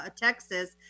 Texas